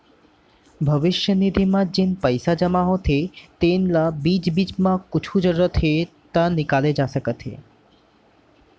भविस्य निधि म जेन पइसा जमा होथे तेन ल बीच बीच म कुछु जरूरत हे त निकाले जा सकत हे